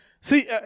See